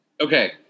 Okay